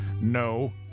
no